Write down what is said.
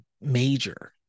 major